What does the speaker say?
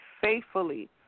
Faithfully